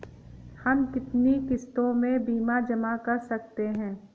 हम कितनी किश्तों में बीमा जमा कर सकते हैं?